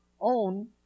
own